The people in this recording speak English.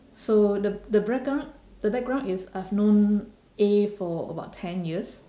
so the the background the background is I've known A for about ten years